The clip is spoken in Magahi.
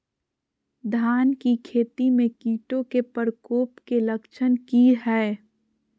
धान की खेती में कीटों के प्रकोप के लक्षण कि हैय?